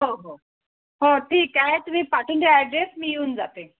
हो हो हो ठीक आहे तुम्ही पाठवून द्या ॲड्रेस मी येऊन जाते